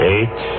Eight